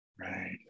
Right